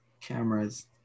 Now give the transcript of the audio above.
cameras